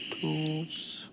Tools